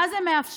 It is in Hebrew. מה זה מאפשר?